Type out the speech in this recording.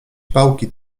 pałki